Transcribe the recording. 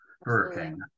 hurricane